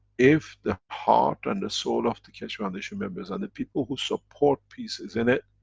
if the heart and the soul of the keshe foundation members, and the people who support peace is in it,